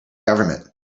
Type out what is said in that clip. government